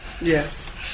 Yes